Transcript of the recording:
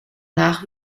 nach